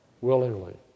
willingly